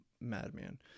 madman